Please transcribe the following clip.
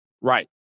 Right